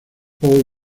paul